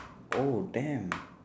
oh damn